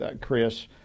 Chris